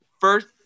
first